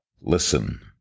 Listen